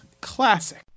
classic